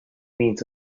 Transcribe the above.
means